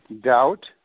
Doubt